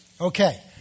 Okay